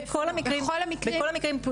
בכל המקרים.